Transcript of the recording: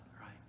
right